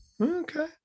okay